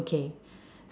okay